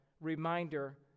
reminder